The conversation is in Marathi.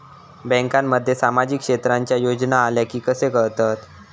बँकांमध्ये सामाजिक क्षेत्रांच्या योजना आल्या की कसे कळतत?